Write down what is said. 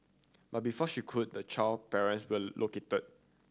but before she could the child parent were located